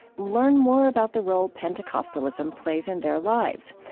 learn more about the role pentecostalism plays in their lives.